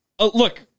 look